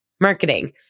marketing